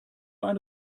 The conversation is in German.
ein